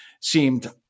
seemed